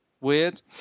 weird